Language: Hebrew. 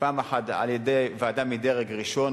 פעם אחת על-ידי ועדה מדרג ראשון,